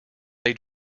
they